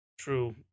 True